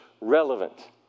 relevant